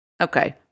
Okay